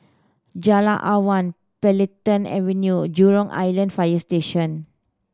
Jalan Awan Planta Avenue Jurong Island Fire Station